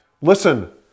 Listen